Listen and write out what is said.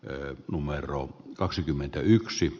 ö numero kaksikymmentäyksi